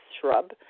shrub